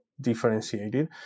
differentiated